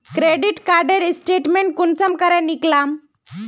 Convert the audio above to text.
Credit कार्डेर statement कुंसम करे निकलाम?